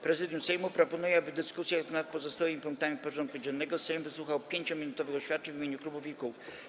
Prezydium Sejmu proponuje, aby w dyskusjach nad pozostałymi punktami porządku dziennego Sejm wysłuchał 5-minutowych oświadczeń w imieniu klubów i kół.